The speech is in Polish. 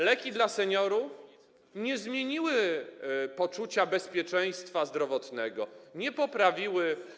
Leki dla seniorów nie zmieniły poczucia bezpieczeństwa zdrowotnego, nie poprawiły.